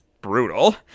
brutal